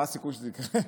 מה הסיכוי שזה יקרה?